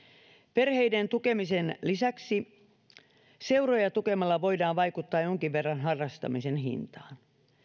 perheiden tukemisen lisäksi seuroja tukemalla voidaan vaikuttaa jonkin verran harrastamisen hintaan